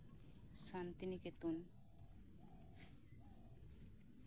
Santiniketan